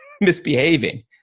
misbehaving